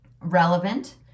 Relevant